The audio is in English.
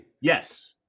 Yes